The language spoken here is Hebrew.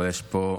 אבל יש פה,